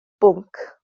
bwnc